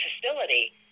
facility